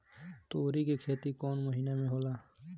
तोड़ी के खेती कउन महीना में होला?